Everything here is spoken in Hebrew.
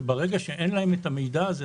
ברגע שאין להם את המידע הזה,